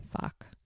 Fuck